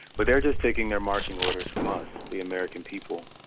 but they're just taking their marching orders from us, the american people.